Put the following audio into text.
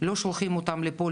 לא שולחים אותם לפה,